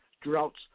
droughts